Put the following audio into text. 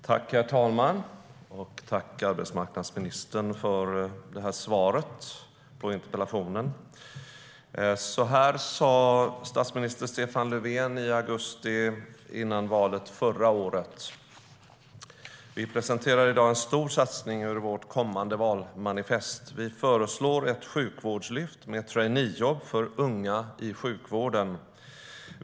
Herr talman! Tack, arbetsmarknadsministern, för svaret på interpellationen! Så här sa statsminister Stefan Löfven i augusti före valet förra året: Vi presenterar i dag en stor satsning ur vårt kommande valmanifest. Vi föreslår ett sjukvårdslyft med traineejobb för unga i sjukvården.